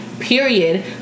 period